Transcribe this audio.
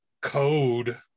code